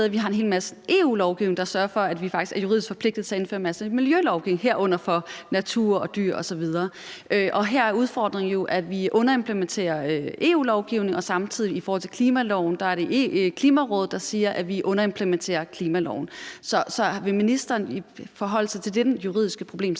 vi har en hel masse EU-lovgivning, der sørger for, at vi faktisk er juridisk forpligtet til at indføre en masse miljølovgivning, herunder for natur og dyr osv. Her er udfordringen jo, at vi underimplementerer EU-lovgivning, og samtidig er det i forhold til klimaloven Klimarådet, der siger, at vi underimplementerer klimaloven. Så vil ministeren forholde sig til den juridiske problemstilling?